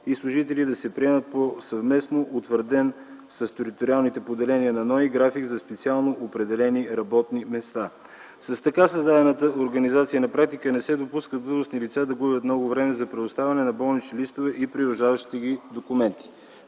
и служители да се приемат по съвместно утвърден с териториалните поделения на НОИ график на специално определени работни места. С така създадена на практика организация не се допуска длъжностни лица да губят много време за предоставяне на болнични листове и придружаващите ги документи.